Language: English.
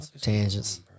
tangents